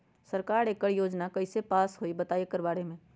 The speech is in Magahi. सरकार एकड़ योजना कईसे पास होई बताई एकर बारे मे?